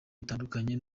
bitandukanye